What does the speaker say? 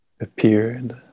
appeared